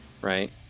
right